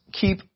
keep